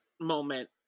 moment